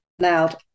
loud